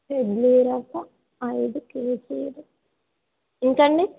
ఇడ్లీ రవ్వ ఐదు కేజీలు ఇంకా అండి